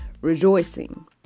rejoicing